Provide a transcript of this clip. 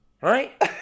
right